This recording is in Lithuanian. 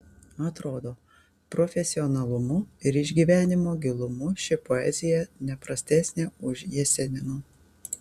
atrodo profesionalumu ir išgyvenimo gilumu ši poezija ne prastesnė už jesenino